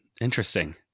Interesting